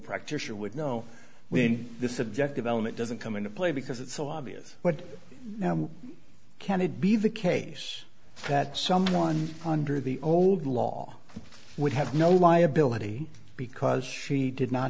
practitioner would know when the subjective element doesn't come into play because it's so obvious but now can it be the case that someone under the old law would have no liability because she did not